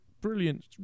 brilliant